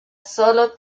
sólo